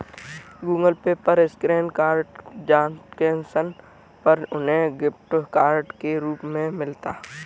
Google Pay पर scratch card transaction करने पर उन्हें गिफ्ट कार्ड के रूप में मिलता है